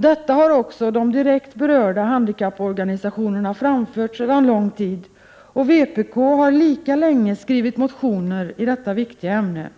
Detta har också de direkt berörda handikapporganisationerna framfört sedan lång tid, och vpk har lika länge skrivit motioner i detta viktiga ämne.